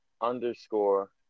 underscore